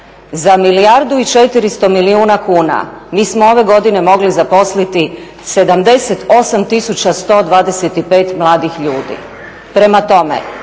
Za milijardu i 400 milijuna kuna mi smo ove godine mogli zaposliti 78 tisuća 125 mladih ljudi. Prema tome,